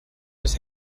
his